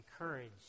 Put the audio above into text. encourage